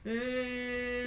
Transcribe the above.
mm